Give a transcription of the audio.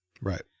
Right